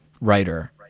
writer